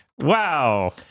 Wow